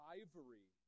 ivory